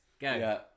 Go